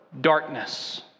darkness